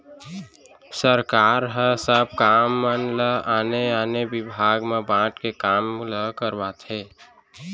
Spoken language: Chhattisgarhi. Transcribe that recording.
सरकार ह सब काम मन ल आने आने बिभाग म बांट के काम ल करवाथे